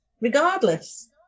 regardless